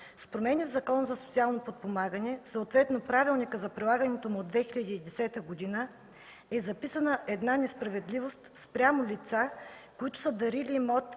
С промени в Закона за социално подпомагане, съответно в правилника за прилагането му от 2010 г., е записана една несправедливост спрямо лица, които са дарили имот